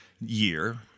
year